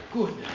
Good